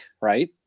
right